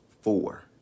Four